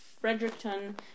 Fredericton